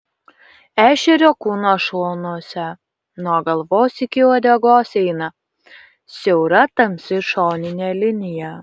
ešerio kūno šonuose nuo galvos iki uodegos eina siaura tamsi šoninė linija